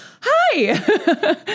hi